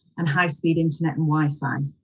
and higher-speed internet and wi-fi.